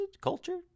Culture